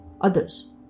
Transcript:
others